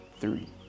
three